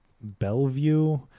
Bellevue